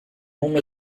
uma